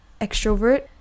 extrovert